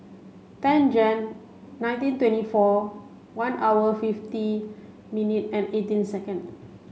ten Jan nineteen twenty four one hour fifty minute and eighteen second